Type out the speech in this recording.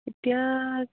এতিয়া